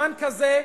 בזמן כזה,